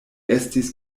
estis